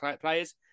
players